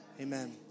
Amen